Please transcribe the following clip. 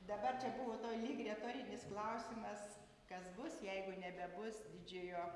dabar čia buvo to lyg retorinis klausimas kas bus jeigu nebebus didžiojo